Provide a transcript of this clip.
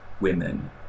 women